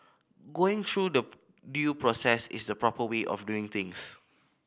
going through the due process is the proper way of doing things